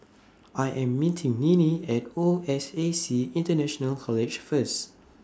I Am meeting Ninnie At O S A C International College First